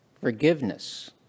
forgiveness